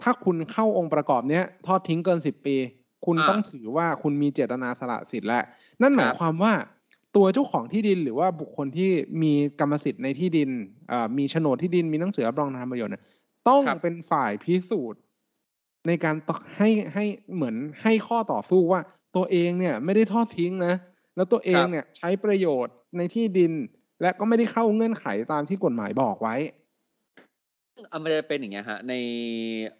ถ้าคุณเข้าองค์ประกอบเนี้ย ทอดทิ้งเกิน 10 ปี คุณอ่าต้องถือว่าคุณมีเจตนาสละสิทธิ์ และนั่นหมายครับความว่าตัวเจ้าของที่ดินหรือว่าบุคคลที่มีกรรมสิทธิ์ในที่ดิน เอ่อ มีโฉนดที่ดิน มีหนังสือรับรองทางธรรมประโยชน์เนี่ยต้องครับเป็นฝ่ายพิสูจน์ในการให้- ให้- ให้เหมือนให้ข้อต่อสู้ว่าตัวเองเนี่ยไม่ได้ทอดทิ้งนะ แล้วตัวเองครับเนี่ยใช้ประโยชน์ในที่ดิน และก็ไม่ได้เข้าเงื่อนไขตามที่กฎหมายบอกไว้อ่ะ มันจะเป็นอย่างไงฮะ? ใน